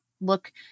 look